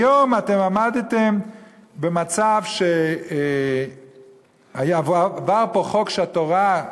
היום אתם עמדתם במצב שעבר פה חוק שהתורה,